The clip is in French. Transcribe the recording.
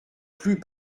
plus